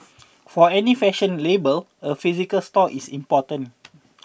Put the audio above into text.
for any fashion label a physical store is important